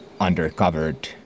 undercovered